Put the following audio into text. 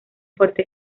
fuerte